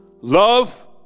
love